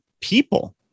people-